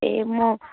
ए म